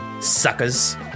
suckers